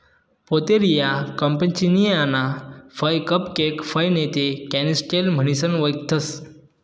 Pouteria कॅम्पेचियाना फय cupcake फय नैते कॅनिस्टेल म्हणीसन वयखतंस